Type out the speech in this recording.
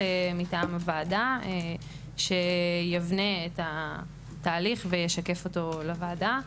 מטעם הוועדה שיבנה את התהליך וישקף אותו לוועדה.